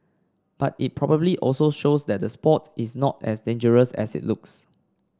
but it probably also shows that the sport is not as dangerous as it looks